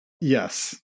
Yes